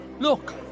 Look